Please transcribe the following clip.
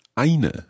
eine